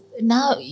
now